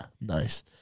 nice